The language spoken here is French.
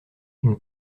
une